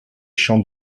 champs